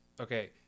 okay